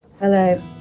Hello